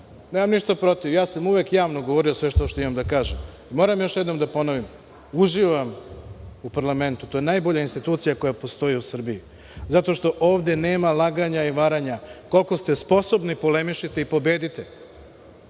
Nemam ništa protiv. Uvek sam jasno govorio sve što imam da kažem. Moram još jednom da ponovim, uživam u parlamentu, to je najbolja institucija koja postoji u Srbiji, zato što ovde nema laganja i varanja, koliko ste sposobni polemišite i pobedite.